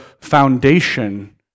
foundation